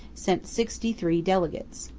sent sixty-three delegates.